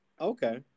Okay